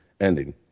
ending